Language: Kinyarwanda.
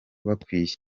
bakwiye